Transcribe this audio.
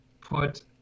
put